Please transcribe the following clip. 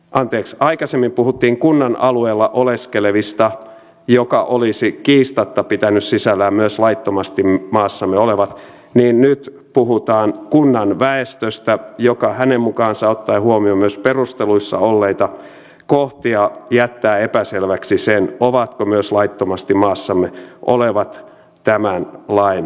kun aikaisemmin puhuttiin kunnan alueella oleskelevista joka olisi kiistatta pitänyt sisällään myös laittomasti maassamme olevat niin nyt puhutaan kunnan väestöstä joka hänen mukaansa ottaen huomioon myös perusteluissa olleita kohtia jättää epäselväksi sen ovatko myös laittomasti maassamme olevat tämän lain piirissä